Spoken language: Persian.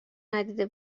ندیده